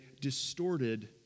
distorted